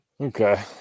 Okay